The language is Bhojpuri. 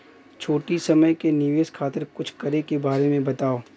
छोटी समय के निवेश खातिर कुछ करे के बारे मे बताव?